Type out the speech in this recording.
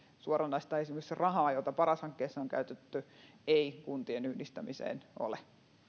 suoranaista rahaa jota esimerkiksi paras hankkeessa on käytetty ei kuntien yhdistämiseen ole